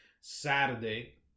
Saturday